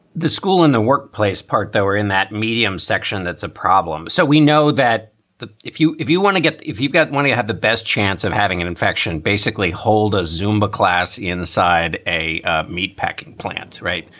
the school in the workplace part, they were in that medium section. that's a problem. so we know that if you if you want to get if you've got one, you have the best chance of having an infection. basically hold a zumba class inside a a meatpacking plants. right.